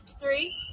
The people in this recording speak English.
Three